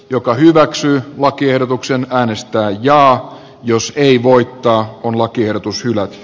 joka hyväksyy lakiehdotuksen äänestää jaa jos ei voittaa on lakiehdotus hylätty